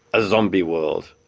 a zombie world.